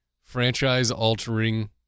franchise-altering